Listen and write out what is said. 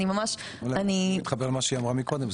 אני ממש מתחבר למה שהיא אמרה קודם,